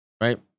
right